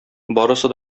барысы